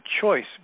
choice